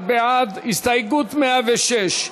ההסתייגות (106)